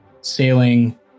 sailing